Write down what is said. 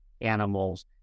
animals